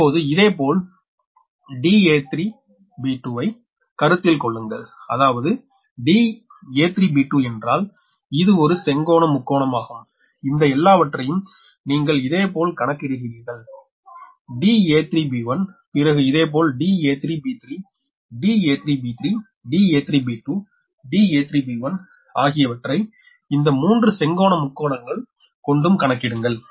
இப்போது இதேபோல் da3b2 ஐ கருத்தில் கொள்ளுங்கள் அதாவது da3b2 என்றால் இது ஒரு செங்கோண முக்கோணம் ஆகும் இந்த எல்லாவற்றையும் நீங்கள் இதேபோல் கணக்கிடுகிறீர்கள் da3b1 பிறகு இதேபோல் da3b3 da3b3da3b2 da3b1 ஆகியவற்றை இந்த 3 செங்கோண முக்கோணங்கள் கொண்டும் கணக்கிடுங்கள்